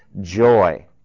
joy